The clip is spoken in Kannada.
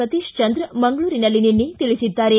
ಸತೀಶ್ವಂದ್ರ ಮಂಗಳೂರಿನಲ್ಲಿ ನಿನ್ನೆ ತಿಳಿಸಿದ್ದಾರೆ